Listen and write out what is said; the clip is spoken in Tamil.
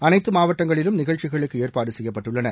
அனைத்து மாவட்டங்களிலும் நிகழ்ச்சிகளுக்கு ஏற்பாடு செய்யப்பட்டுள்ளன